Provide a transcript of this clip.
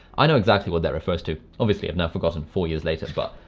i know exactly what that refers to obviously i've never forgotten before years laters. but,